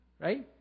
Right